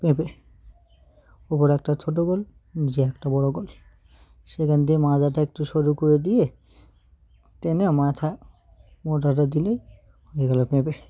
পেঁপে ওপরে একটা ছোটো গোল যে একটা বড়ো গোল সেখান দিয়ে মাজাটা একটু সরু করে দিয়ে টেনে মাথা মোটাাটা দিলেই হয়ে গেলো পেঁপে